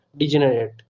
degenerate